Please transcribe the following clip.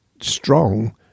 strong